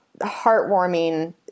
heartwarming